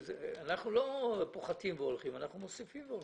אנחנו לא פוחתים והולכים, אנחנו מוסיפים והולכים.